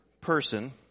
person